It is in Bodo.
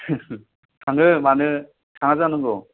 थांगोन मानो थाङा जानांगौ